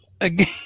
again